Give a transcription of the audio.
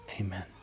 Amen